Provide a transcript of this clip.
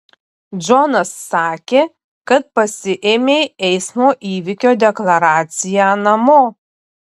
džonas sakė kad pasiėmei eismo įvykio deklaraciją namo